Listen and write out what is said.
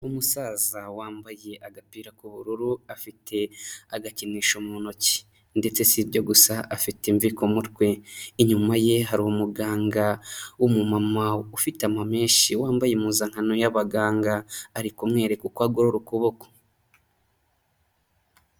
Umusaza wambaye agapira k'ubururu, afite agakinisho mu ntoki ndetse si ibyo gusa afite imvi ku mutwe, inyuma ye hari umuganga w'umumama ufite amamenshi wambaye impuzankano y'abaganga, ari kumwereka uko agorora ukuboko.